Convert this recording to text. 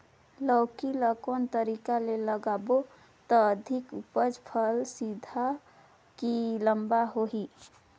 लौकी ल कौन तरीका ले लगाबो त अधिक उपज फल सीधा की लम्बा होही?